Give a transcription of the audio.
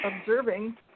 observing